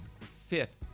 fifth